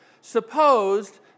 supposed